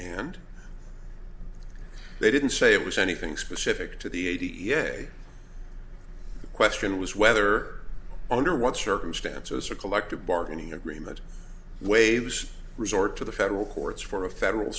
and they didn't say it was anything specific to the a t f a question was whether under what circumstances or collective bargaining agreement waives resort to the federal courts for a federal